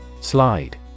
Slide